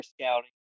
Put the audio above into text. scouting